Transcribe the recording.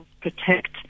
protect